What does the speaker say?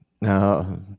No